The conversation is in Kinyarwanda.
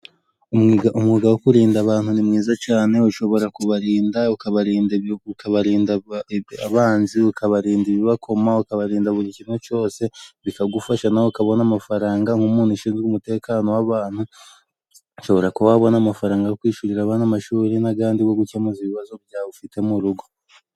Umwuga wo kurinda abantu ni mwiza cyane. Ushobora kubarinda, ukabarinda abanzi ,ukabarinda ibibakoma ,ukabarinda buri kimwe cyose, bikagufasha nawe kubona amafaranga .Umuntu ushinzwe umutekano w'abantu ushobora kuba wabona amafaranga yo kwishyurira abana amashuri n'andi yo gukemura ibibazo byawe ufite mu urugo.